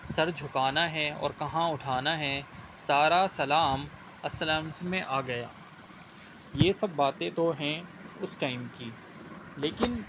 سر جھکانا ہے اور کہاں اٹھانا ہے سارا سلام االسلامس میں آ گیا یہ سب باتیں تو ہیں اس ٹائم کی لیکن